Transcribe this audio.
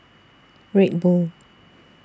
Red Bull